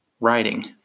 writing